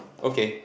okay